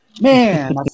Man